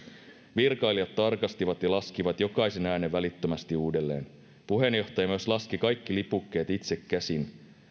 virkailijat tarkastivat ja laskivat jokaisen äänen välittömästi uudelleen puheenjohtaja myös laski kaikki lipukkeet itse käsin